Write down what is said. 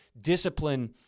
discipline